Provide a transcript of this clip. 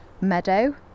meadow